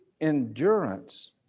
endurance